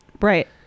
Right